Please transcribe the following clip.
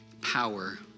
power